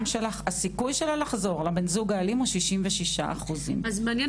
שלך הסיכוי שלה לחזור לבן זוג האלים הוא 66%. אז מעניין